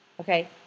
Okay